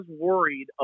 worried